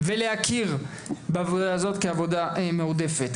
ולהכיר בעבודה הזאת כעבודה מועדפת.